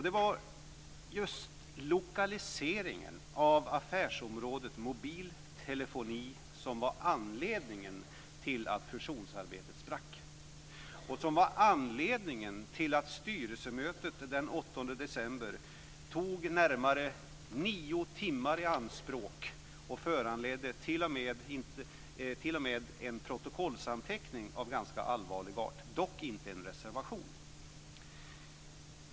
Det var just lokaliseringen av affärsområdet mobil telefoni som var anledningen till att fusionsarbetet sprack och som var anledningen till att styrelsemötet den 8 december tog närmare nio timmar i anspråk och t.o.m. föranledde en protokollsanteckning av ganska allvarlig art, dock inte en reservation.